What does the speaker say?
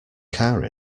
car